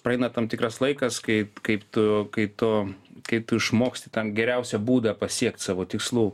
praeina tam tikras laikas kai kaip tu kai tu kai tu išmoksti ten geriausią būdą pasiekt savo tikslų